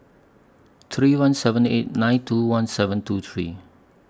three one seven eight nine two one seven two three